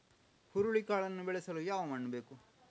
ಹುರುಳಿಕಾಳನ್ನು ಬೆಳೆಸಲು ಯಾವ ಮಣ್ಣು ಬೇಕು?